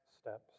steps